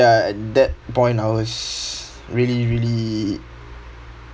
ya at that point I was really really